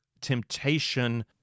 temptation